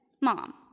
mom